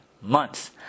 months